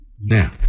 Now